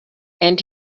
and